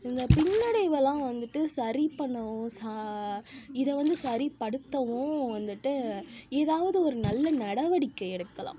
இந்த பின்னடைவெலாம் வந்துட்டு சரிப்பண்ணவும் சா இதை வந்து சரிப்படுத்தவும் வந்துட்டு ஏதாவது ஒரு நல்ல நடவடிக்கை எடுக்கலாம்